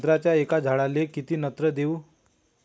संत्र्याच्या एका झाडाले किती नत्र देऊ?